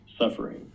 suffering